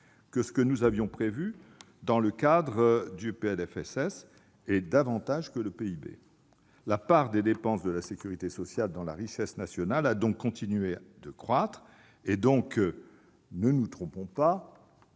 que ce que nous avions prévu dans le cadre du PLFSS, et davantage que le PIB. La part des dépenses de la sécurité sociale dans la richesse nationale a donc continué de croître. Ne nous y trompons pas,